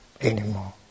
anymore